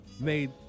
made